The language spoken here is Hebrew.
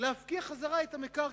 להפקיע חזרה את המקרקעין.